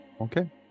Okay